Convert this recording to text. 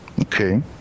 Okay